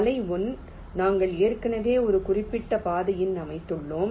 வலை 1 நாங்கள் ஏற்கனவே ஒரு குறிப்பிட்ட பாதையில் அமைத்துள்ளோம்